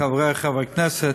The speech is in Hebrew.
חברי חברי הכנסת,